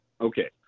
Okay